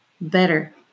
better